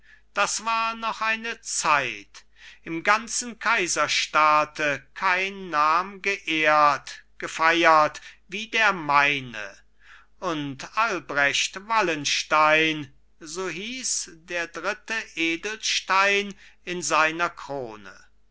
da war noch eine zeit im ganzen kaiserstaate kein nam geehrt gefeiert wie der meine und albrecht wallenstein so hieß der dritte edelstein in seiner krone